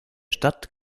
stadt